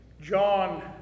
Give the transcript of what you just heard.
John